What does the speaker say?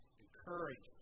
encourage